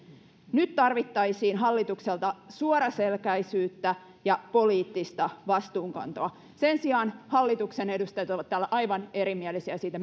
nyt tarvittaisiin hallitukselta suoraselkäisyyttä ja poliittista vastuunkantoa sen sijaan hallituksen edustajat ovat täällä aivan erimielisiä siitä